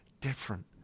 different